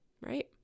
right